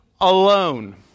alone